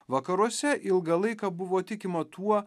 vakaruose ilgą laiką buvo tikima tuo